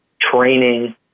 training